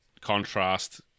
contrast